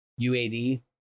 UAD